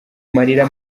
marira